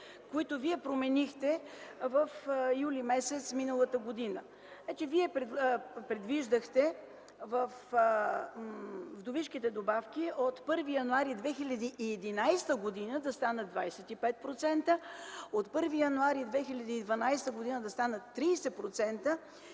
които вие променихте през месец юли миналата година. Вие предвиждахте вдовишките добавки от 1 януари 2011 г. да станат 25%, от 1 януари 2012 г. да станат 30%,